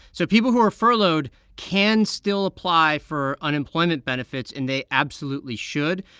so people who are furloughed can still apply for unemployment benefits, and they absolutely should.